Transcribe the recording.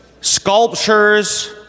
sculptures